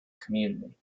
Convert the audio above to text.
community